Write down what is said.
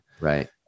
Right